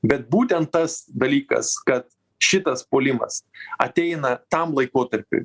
bet būtent tas dalykas kad šitas puolimas ateina tam laikotarpiui